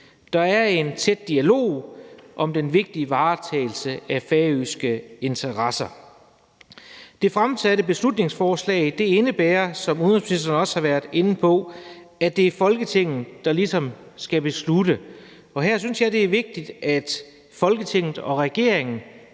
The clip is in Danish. Der er en tæt dialog om den vigtige varetagelse af færøske interesser. Det fremsatte beslutningsforslag indebærer, som udenrigsministeren også har været inde på, at det er Folketinget, der ligesom skal beslutte det. Her synes jeg, at det er vigtigt, at Folketinget og regeringen